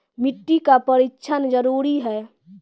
मिट्टी का परिक्षण जरुरी है?